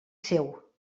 seu